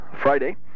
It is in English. Friday